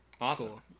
Awesome